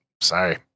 Sorry